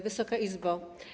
Wysoka Izbo!